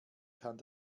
kann